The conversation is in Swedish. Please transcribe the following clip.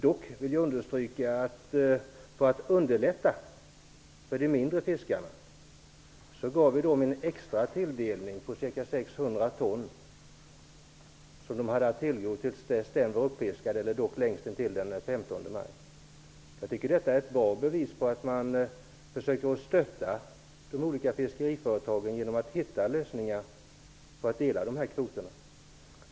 Dock vill jag understryka att för att underlätta för de mindre yrkesfiskarna har de fått en extra tilldelning på ca 600 ton som de har att tillgå tills dess kvoten är uppfiskad eller längst t.o.m. den 15 maj. Jag tycker att detta är ett bra bevis för att de olika fiskeriföretagen stöds. Det sker genom att hitta olika lösningar för att dela på kvoterna.